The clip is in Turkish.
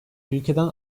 ülkeden